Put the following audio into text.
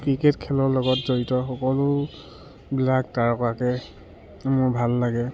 cricket খেলৰ লগত জড়িত সকলোবিলাক তাৰকাকে মোৰ ভাল লাগে